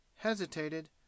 hesitated